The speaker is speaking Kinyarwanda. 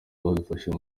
badufashije